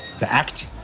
to act?